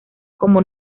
como